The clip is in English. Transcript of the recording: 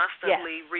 constantly